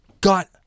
got